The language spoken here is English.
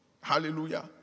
Hallelujah